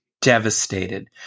devastated